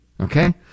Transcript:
Okay